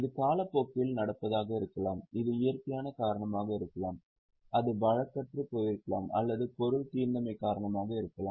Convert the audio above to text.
இது காலப்போக்கில் நடப்பதாக இருக்கலாம் அது இயற்கையான காரணமாக இருக்கலாம் அது வழக்கற்றுப்போயிருக்கலாம் அல்லது பொருள் தீர்ந்தமை காரணமாக இருக்கலாம்